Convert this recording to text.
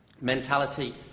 mentality